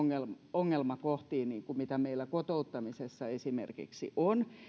ongelmakohtiin mitä meillä kotouttamisessa esimerkiksi on